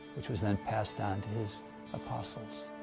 which was then passed on to his apostles.